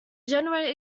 generate